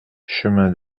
chemin